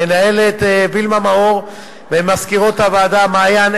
למנהלת וילמה מאור ולמזכירות הוועדה מעיין,